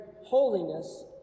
holiness